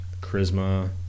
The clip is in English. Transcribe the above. Charisma